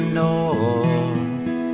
north